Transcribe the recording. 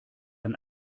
ein